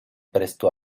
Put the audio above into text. presto